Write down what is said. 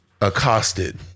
accosted